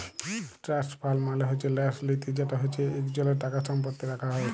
trust fund মালে হছে ল্যাস লিতি যেট হছে ইকজলের টাকা সম্পত্তি রাখা হ্যয়